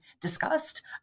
discussed